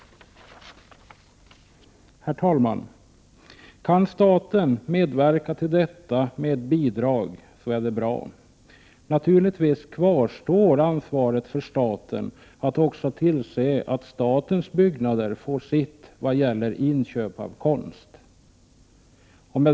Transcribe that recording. Herr talman! Kan staten medverka till detta med ett bidrag, är det bra. Naturligtvis kvarstår ansvaret för staten att också tillse att statens byggnader får sitt vad gäller inköp av konst.